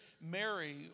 Mary